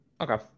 Okay